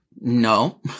No